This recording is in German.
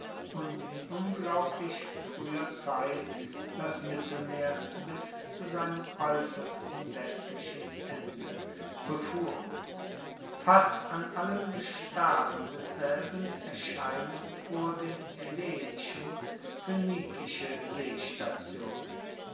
und in unglaublich frueher zeit das mittelmeer bis zu seinem aeussersten westlichen ende befuhren fast an allen gestaden desselben erscheinen vor den hellenischen phoenikische seestationen